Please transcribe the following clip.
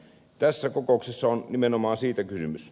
tässä kokouksessa on nimenomaan siitä kysymys